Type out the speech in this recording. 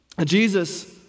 Jesus